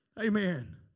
Amen